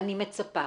אני מצפה